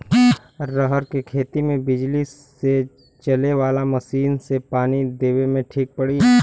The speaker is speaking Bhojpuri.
रहर के खेती मे बिजली से चले वाला मसीन से पानी देवे मे ठीक पड़ी?